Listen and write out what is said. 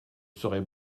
serai